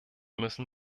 müssen